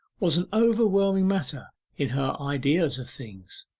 was an overwhelming matter in her ideas of things.